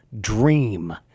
dream